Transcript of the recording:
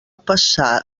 passar